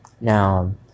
now